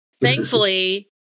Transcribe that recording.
thankfully